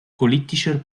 politischer